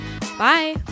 Bye